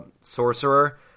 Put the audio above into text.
sorcerer